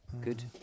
Good